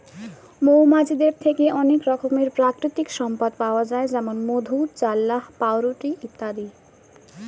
মৌমাছিদের থেকে অনেক রকমের প্রাকৃতিক সম্পদ পাওয়া যায় যেমন মধু, চাল্লাহ্ পাউরুটি ইত্যাদি